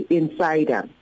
insider